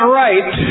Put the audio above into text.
right